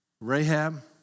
Rahab